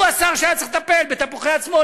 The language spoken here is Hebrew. הוא השר שהיה צריך לטפל ב"תפוחי עצמונה",